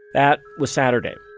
that was saturday.